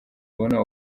ubona